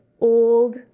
old